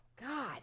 God